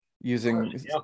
using